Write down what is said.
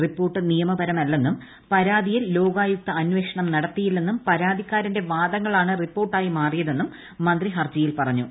report നിയമപരമല്ലെന്നും പരാതിയിൽ ലോകായുക്ത അന്വേഷണം നടത്തിയില്ലെന്നും പരാതിക്കാരന്റെ വാദങ്ങളാണ് റിപ്പോർട്ടായി മാറിയതെന്നും മന്ത്രി ഹർജിയിൽ പറഞ്ഞു